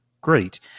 great